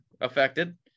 affected